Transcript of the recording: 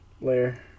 layer